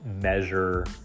measure